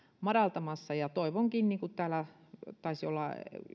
madaltamassa ja toivonkin niin kuin täällä taisi olla